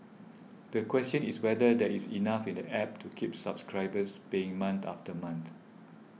the question is whether there is enough in the App to keep subscribers paying month after month